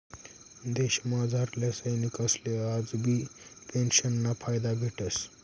देशमझारल्या सैनिकसले आजबी पेंशनना फायदा भेटस